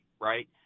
right